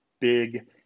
Big